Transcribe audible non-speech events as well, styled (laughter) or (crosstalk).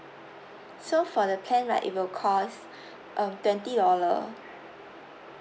so for the plan right it will cost (breath) um twenty dollar